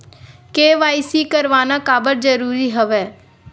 KYC करवाना काबर जरूरी हवय?